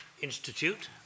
Institute